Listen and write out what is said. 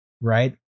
right